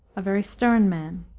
a very stern man,